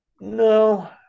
No